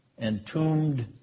entombed